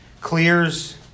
clears